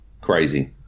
crazy